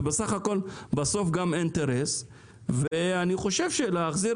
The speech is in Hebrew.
זה בסך הכל גם אינטרס ואני חושב שלהחזיר